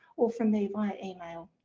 or from me by email.